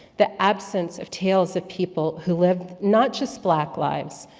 the absence of tails of people who live, not just black lives,